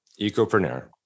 Ecopreneur